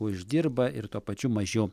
uždirba ir tuo pačiu mažiau